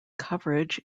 coverage